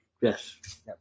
Yes